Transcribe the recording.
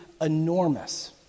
enormous